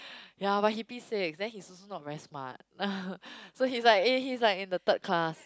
ya but he P-six then he's also not very smart so he's like eh he's like in the third class